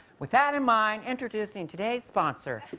with that in mind introducing today's sponsor,